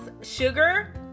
sugar